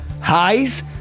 Highs